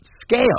scale